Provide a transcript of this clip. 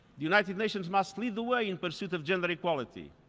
the united nations must lead the way in pursuit of gender equality.